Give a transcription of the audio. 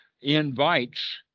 invites